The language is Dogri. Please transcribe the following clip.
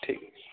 ठीक